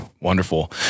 Wonderful